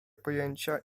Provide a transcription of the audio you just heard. pojęcia